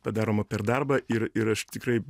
padaroma per darbą ir ir aš tikrai